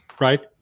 right